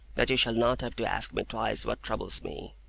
that you shall not have to ask me twice what troubles me.